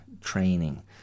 training